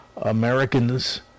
americans